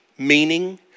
meaning